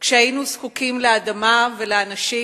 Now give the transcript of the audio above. כשהיינו זקוקים לאדמה ולאנשים,